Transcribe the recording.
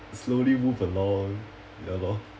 slowly move along ya lor